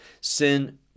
sin